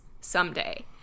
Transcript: someday